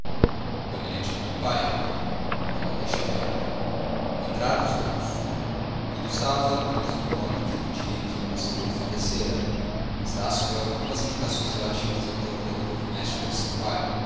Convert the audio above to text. gabinete de meu pai oh deixe ver entraram os dois tudo estava do mesmo modo que no dia em que o conselheiro falecera estácio deu algumas indicações relativas ao teor da vida doméstica de seu pai